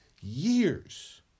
years